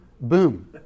boom